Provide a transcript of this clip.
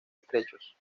estrechos